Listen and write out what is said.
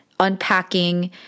Unpacking